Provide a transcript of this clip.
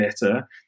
better